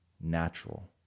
natural